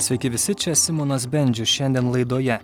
sveiki visi čia simonas bendžius šiandien laidoje